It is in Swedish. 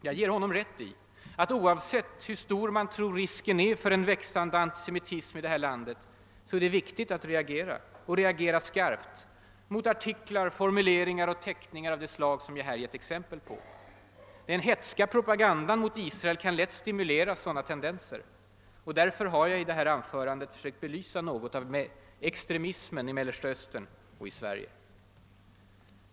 Jag ger honom rätt i att det, oavsett hur stor man tror risken är för växande antisemitism i det här landet, är viktigt att reagera, och reagera skarpt, mot artiklar, formuleringar och teckningar av det slag som jag här givit exempel på. Den hätska propagandan mot Israel kan lätt stimulera sådana tendenser. Och därför har jag i det här anförandet försökt belysa något av extremismen i Mellersta Östern och i Sverige.